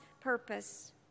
purpose